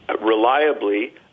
reliably